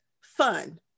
fun